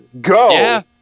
go